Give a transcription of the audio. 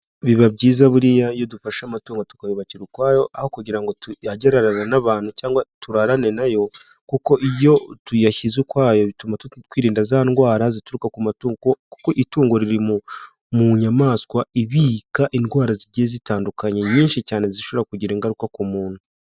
Biba byiza buriya iyo dufashe amatungo tukayubakira ukwayo, aho kugira ngo ajye ararana n'abantu cyangwa turarane na yo, kuko iyo tuyashyize ukwayo bituma twirinda za ndwara zituruka ku matungo. Kuko itungo riri mu nyamaswa ibika indwara zigiye zitandukanye, nyinshi cyane zishobora kugira ingaruka ku muntu.